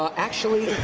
ah actually